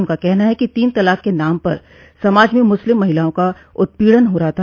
उनका कहना है कि तीन तलाक के नाम पर समाज में मुस्लिम महिलाओं का उत्पीड़न हो रहा था